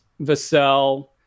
Vassell